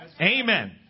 Amen